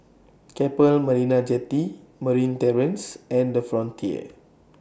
Keppel Marina Jetty Marine Terrace and The Frontier